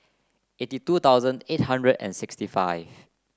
eighty two thousand eight hundred and sixty five